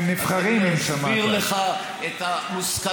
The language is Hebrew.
אני שמעתי את הדברים